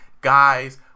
guys